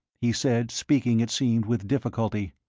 he said, speaking, it seemed, with difficulty.